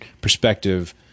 perspective